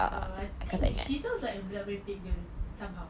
err I think she sounds like budak rempet girl somehow